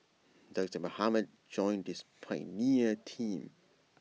doctor Mohamed joined this pioneer team